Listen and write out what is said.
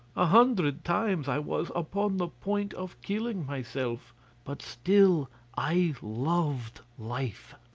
a hundred times i was upon the point of killing myself but still i loved life.